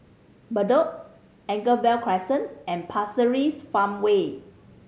Bedok Anchorvale Crescent and Pasir Ris Farmway